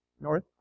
North